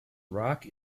rock